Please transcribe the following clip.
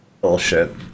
bullshit